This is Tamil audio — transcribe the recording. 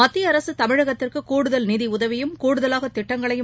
மத்தியஅரசுதமிழகத்திற்குகூடுதல் நிதியுதவியும் கூடுதலாகதிட்டங்களையும்